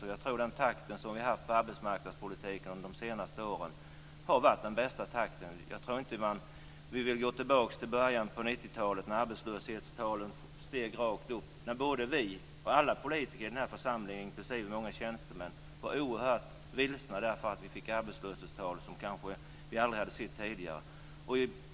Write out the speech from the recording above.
Och jag tror att den takt som vi har haft när det gäller arbetsmarknadspolitiken under de senaste åren har varit den bästa takten. Jag tror inte att vi vill gå tillbaka till början av 90-talet när arbetslöshetstalen steg och när både vi och alla politiker i denna församling, inklusive många tjänstemän, var oerhört vilsna därför att vi fick arbetslöshetstal som vi kanske aldrig hade sett tidigare.